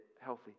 healthy